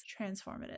transformative